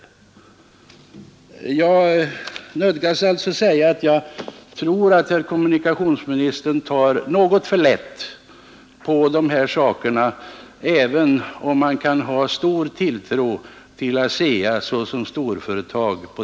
Jag nödgas alltså säga att jag tycker att kommunikationsministern tar något för lätt på dessa saker, även om man på detta område kan ha stor tilltro till ASEA såsom storföretag.